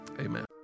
Amen